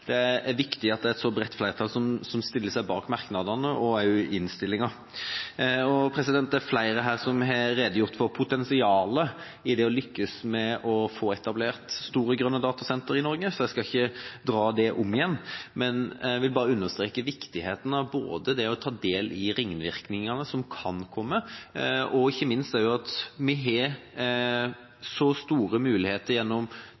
Det er viktig at det er et bredt flertall som stiller seg bak merknadene, og også innstillinga. Det er flere her som har redegjort for potensialet i det å lykkes med å få etablert store grønne datasentre i Norge, så jeg skal ikke ta det om igjen. Jeg vil bare understreke viktigheten av både det å ta del i ringvirkningene som kan komme, og ikke minst at vi har så store muligheter gjennom